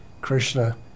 Krishna